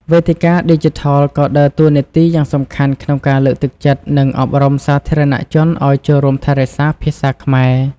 វេទិកាឌីជីថលក៏ដើរតួនាទីយ៉ាងសំខាន់ក្នុងការលើកទឹកចិត្ត និងអប់រំសាធារណជនឱ្យចូលរួមថែរក្សាភាសាខ្មែរ។